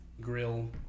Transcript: grill